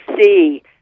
see